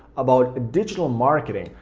about digital marketing,